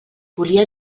volia